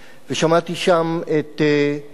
שמעתי שם את אחותו